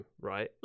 right